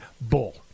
Bull